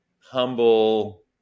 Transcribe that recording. humble